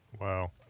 wow